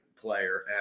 player